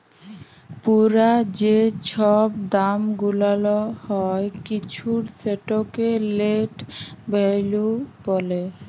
পুরা যে ছব দাম গুলাল হ্যয় কিছুর সেটকে লেট ভ্যালু ব্যলে